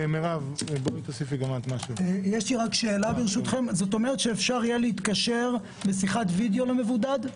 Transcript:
כלומר יהיה אפשר להתקשר בשיחת וידאו עם מבודד?